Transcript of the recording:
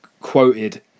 quoted